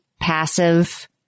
passive